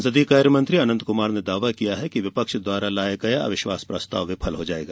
संसदीय कार्यमंत्री अनंत कुमार ने दावा किया कि विपक्ष द्वारा लाया गया अविश्वास प्रस्ताव विफल हो जायेगा